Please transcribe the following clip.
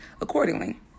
accordingly